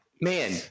Man